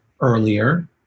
earlier